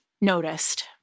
noticed